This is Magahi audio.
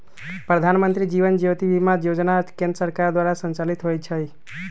प्रधानमंत्री जीवन ज्योति बीमा जोजना केंद्र सरकार द्वारा संचालित होइ छइ